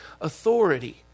authority